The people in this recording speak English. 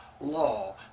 law